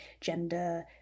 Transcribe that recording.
gender